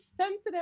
sensitive